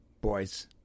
Boys